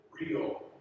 real